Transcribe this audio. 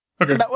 Okay